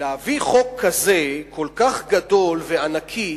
להביא חוק כזה, כל כך גדול וענקי,